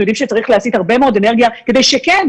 יודעים שצריך להסיט הרבה מאוד אנרגיה כדי שכן,